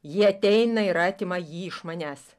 ji ateina ir atima jį iš manęs